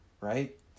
right